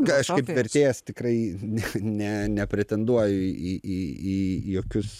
ką aš kaip vertėjas tikrai ne ne nepretenduoju į į į į jokius